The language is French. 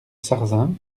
sarzin